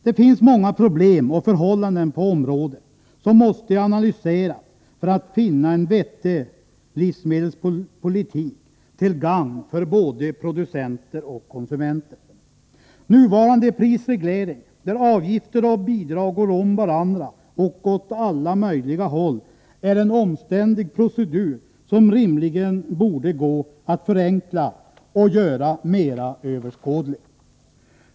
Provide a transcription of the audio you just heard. Det finns många problem och förhållanden på området som måste analyseras för att man skall finna en vettig livsmedelspolitik till gagn för både producenter och konsumenter. Nuvarande prisreglering, där avgifter och bidrag går om varandra och åt alla möjliga håll, är en omständlig procedur, som rimligen borde gå att förenkla och göra mera överskådlig.